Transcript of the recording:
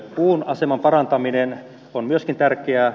puun aseman parantaminen on myöskin tärkeää